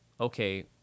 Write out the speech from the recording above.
okay